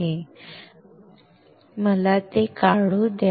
मला काय हवे आहे ते तुला आठवते आता मला ते काढू दे